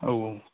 औ औ